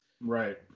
Right